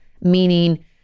meaning